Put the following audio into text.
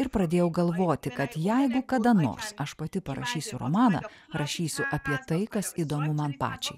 ir pradėjau galvoti kad jeigu kada nors aš pati parašysiu romaną rašysiu apie tai kas įdomu man pačiai